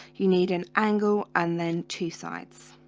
you need an angle and then two sides